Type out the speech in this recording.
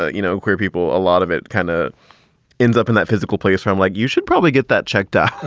ah you know, queer people, a lot of it kind of ends up in that physical place from like you should probably get that checked out.